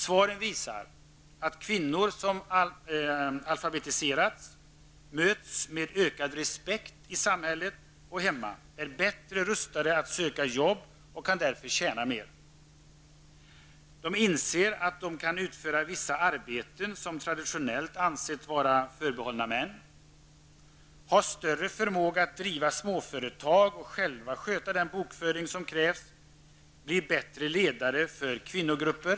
Svaren visar att kvinnor som alfabetiserats möts med ökad respekt i samhället och hemma, är bättre rustade att söka jobb och därför kan tjäna mer. De inser att de kan utföra vissa arbeten som traditionellt ansetts vara förbehållna män, de har större förmåga att driva småföretag och själva kan sköta den bokföring som krävs och de blir bättre ledare för kvinnogrupper.